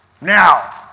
now